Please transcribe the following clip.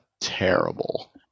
terrible